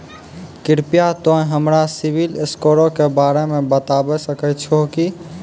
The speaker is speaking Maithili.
कृपया तोंय हमरा सिविल स्कोरो के बारे मे बताबै सकै छहो कि?